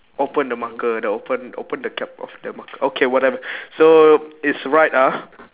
open the marker the open open the cap of the market okay whatever so it's right ah